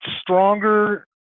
stronger